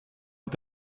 est